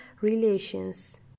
relations